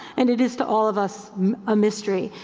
and it is to all of us a mystery.